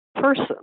person